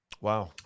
Wow